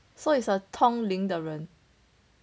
so its a 通灵的人